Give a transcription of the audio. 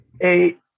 Eight